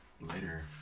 later